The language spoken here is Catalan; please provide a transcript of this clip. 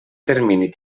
termini